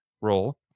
role